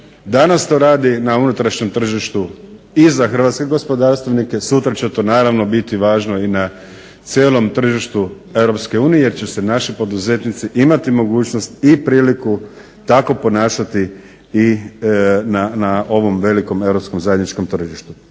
Danas to radi na unutrašnjem tržištu i za hrvatske gospodarstvenike, sutra će to naravno biti važno i na cijelom tržištu EU jer će se naši poduzetnici imati mogućnosti i priliku tako ponašati i na ovom velikom europskom zajedničkom tržištu.